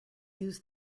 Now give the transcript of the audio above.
use